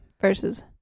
Versus